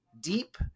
deep